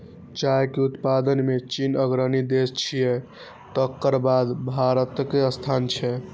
चाय के उत्पादन मे चीन अग्रणी देश छियै, तकर बाद भारतक स्थान छै